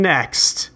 Next